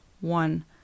one